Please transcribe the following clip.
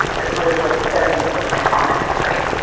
the groove was so deep with my trauma history.